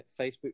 Facebook